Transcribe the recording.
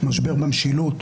משבר במשילות,